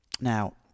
Now